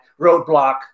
roadblock